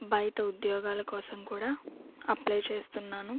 బయట ఉద్యోగాల కోసం కూడా అప్లై చేస్తున్నాను